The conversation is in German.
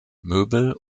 möbel